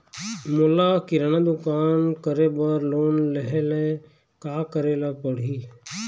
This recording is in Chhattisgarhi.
मोला किराना दुकान करे बर लोन लेहेले का करेले पड़ही?